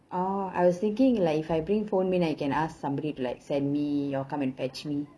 orh I was thinking like if I bring phone then I can ask somebody to like send me you all come and fetch me